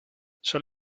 son